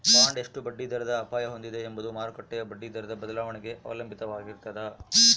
bond ಎಷ್ಟು ಬಡ್ಡಿದರದ ಅಪಾಯ ಹೊಂದಿದೆ ಎಂಬುದು ಮಾರುಕಟ್ಟೆಯ ಬಡ್ಡಿದರದ ಬದಲಾವಣೆಗೆ ಅವಲಂಬಿತವಾಗಿರ್ತದ